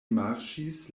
marŝis